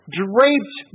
draped